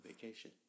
vacation